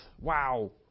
Wow